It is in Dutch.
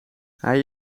hij